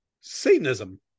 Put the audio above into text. Satanism